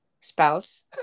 spouse